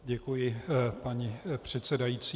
Děkuji, paní předsedající.